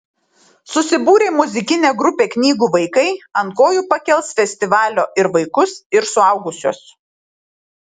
susibūrę į muzikinę grupę knygų vaikai ant kojų pakels festivalio ir vaikus ir suaugusius